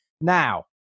Now